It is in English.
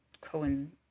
Cohen